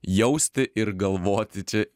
jausti ir galvoti čia